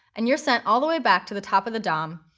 and you're sent all the way back to the top of the dom,